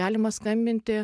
galima skambinti